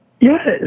yes